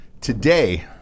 Today